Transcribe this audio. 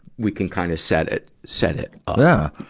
we can kind of set it, set it up. yeah.